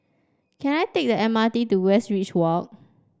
can I take the M R T to Westridge Walk